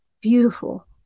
beautiful